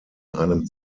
einem